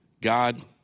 God